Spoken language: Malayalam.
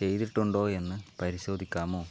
ചെയ്തിട്ടുണ്ടോ എന്ന് പരിശോധിക്കാമോ